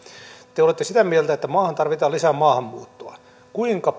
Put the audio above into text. te te olette sitä mieltä että maahan tarvitaan lisää maahanmuuttoa kuinka